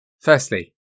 Firstly